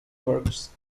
works